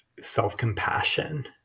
self-compassion